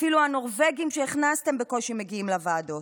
אפילו הנורבגים שהכנסתם בקושי מגיעים לוועדות.